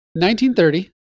1930